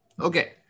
Okay